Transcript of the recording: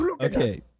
Okay